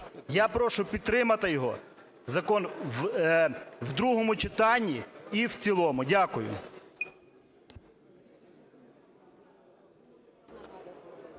Я прошу підтримати його, закон в другому читанні і в цілому. Дякую.